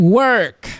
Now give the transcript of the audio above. work